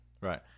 right